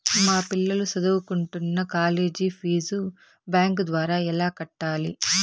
మా పిల్లలు సదువుకుంటున్న కాలేజీ ఫీజు బ్యాంకు ద్వారా ఎలా కట్టాలి?